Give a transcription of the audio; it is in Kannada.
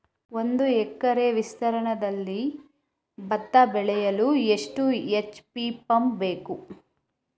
ಒಂದುಎಕರೆ ವಿಸ್ತೀರ್ಣದಲ್ಲಿ ಭತ್ತ ಬೆಳೆಯಲು ಎಷ್ಟು ಎಚ್.ಪಿ ಪಂಪ್ ಬೇಕು?